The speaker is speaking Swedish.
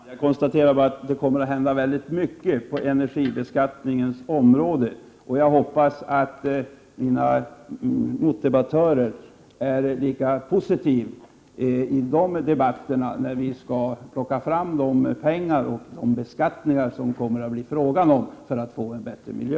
Herr talman! Jag konstaterar att det kommer att hända väldigt mycket på energibeskattningens område. Jag hoppas att mina meddebattörer är lika positiva i de kommande debatterna, när vi skall fatta beslut om finansiering och beskattning av åtgärder i syfte att få en bättre miljö.